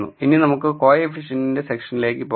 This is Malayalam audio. ഇനി നമുക്ക് കോയേഫിഷെന്റിന്റെ സെക്ഷനിലേക്കു പോകാം